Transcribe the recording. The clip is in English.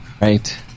Right